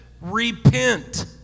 repent